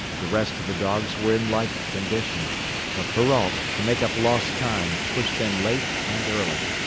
the rest of the dogs were in like condition but perrault, to make up lost time, pushed them late and early.